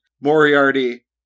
Moriarty